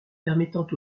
permettant